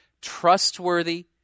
trustworthy